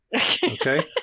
Okay